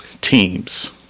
teams